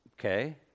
Okay